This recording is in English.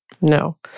No